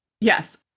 Yes